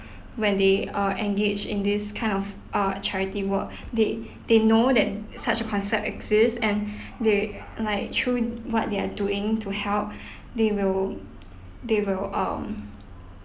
when they uh engage in this kind of err charity work they they know that such a concept exist and they like choose what they are doing to help they will they will um